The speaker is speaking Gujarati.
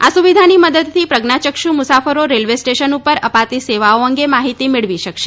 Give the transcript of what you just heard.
આ સુવિધાની મદદથી પ્રજ્ઞાચક્ષુ મુસાફરો રેલવે સ્ટેશન પર અપાતી સેવાઓ અંગે માહિતી મેળવી શકશે